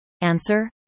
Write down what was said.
Answer